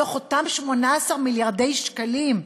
מתוך אותם 18 מיליארדי שקלים,